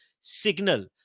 signal